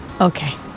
Okay